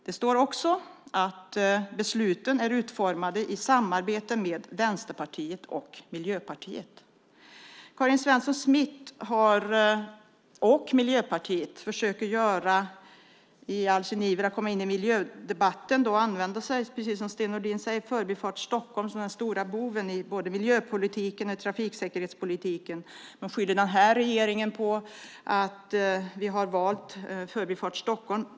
Det sägs också att besluten är utformade i samarbete med Vänsterpartiet och Miljöpartiet. Som Sten Nordin också sade försöker Karin Svensson Smith och Miljöpartiet i sin iver att komma in i miljödebatten använda sig av Förbifart Stockholm som den stora boven i både miljöpolitiken och trafiksäkerhetspolitiken. Man beskyller den här regeringen för att vi har valt Förbifart Stockholm.